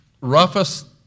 roughest